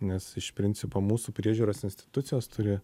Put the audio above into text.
nes iš principo mūsų priežiūros institucijos turi